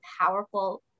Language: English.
powerful